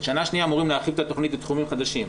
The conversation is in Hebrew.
בשנה השנייה אמורים להחיל את התכנית על תחומים חדשים.